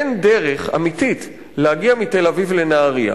אין דרך אמיתית להגיע מתל-אביב לנהרייה,